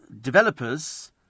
developers